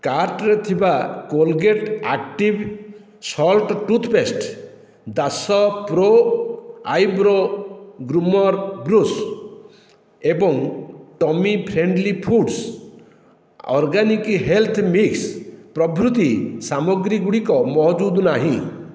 କାର୍ଟ୍ରେ ଥିବା Colgate active salt toothpaste ଦାଶ ପ୍ରୋ ଆଇବ୍ରୋ ଗ୍ରୁମର୍ ବ୍ରଶ୍ ଏବଂ tummy friendly foods organic health mix ପ୍ରଭୃତି ସାମଗ୍ରୀ ଗୁଡ଼ିକ ମହଜୁଦ ନାହିଁ